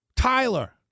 Tyler